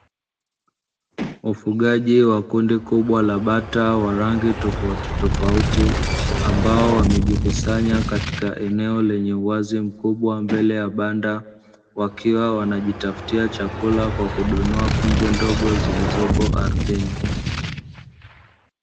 Ufugaji wa kundi kubwa la bata wa rangi tofautitofauti, ambao wamejikusanya katika eneo la uwazi mkubwa mbele ya banda, wakiwa wanajitafutia chakula kwa kudonoa punje ndogo zilizopo ardhini.